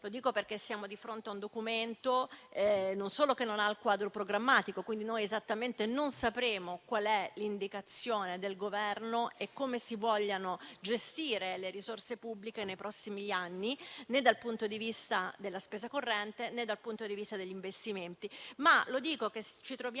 Lo dico perché siamo di fronte a un Documento che non presenta il quadro programmatico, quindi non sapremo esattamente qual è l'indicazione del Governo e come si vogliono gestire le risorse pubbliche nei prossimi anni, né dal punto di vista della spesa corrente, né dal punto di vista degli investimenti.